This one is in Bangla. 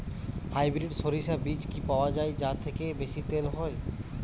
হাইব্রিড শরিষা বীজ কি পাওয়া য়ায় যা থেকে বেশি তেল হয়?